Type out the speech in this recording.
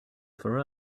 for